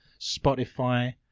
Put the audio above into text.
Spotify